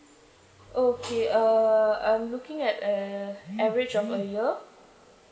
okay uh I'm looking at a average of a year